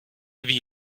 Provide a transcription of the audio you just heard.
wie